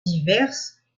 diverses